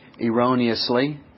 erroneously